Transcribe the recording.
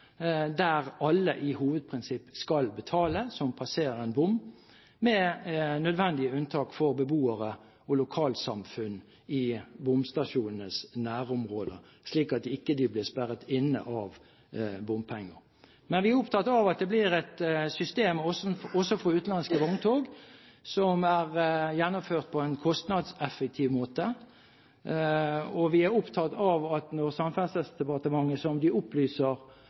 der alle som passerer en bom, i hovedprinsipp skal betale, med nødvendige unntak for beboere og lokalsamfunn i bomstasjonenes nærområde, slik at de ikke blir sperret inne av bommer. Vi er opptatt av at det blir et system også for utenlandske vogntog som er gjennomført på en kostnadseffektiv måte. Og vi er opptatt av at når Samferdselsdepartementet, som de opplyser,